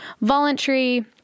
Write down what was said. voluntary